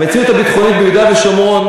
המציאות הביטחונית ביהודה ושומרון,